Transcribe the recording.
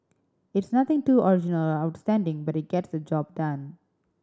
it's nothing too original or outstanding but it gets the job done